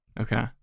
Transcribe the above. Okay